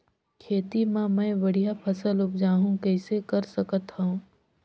खेती म मै बढ़िया फसल उपजाऊ कइसे कर सकत थव?